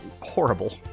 horrible